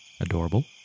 Adorable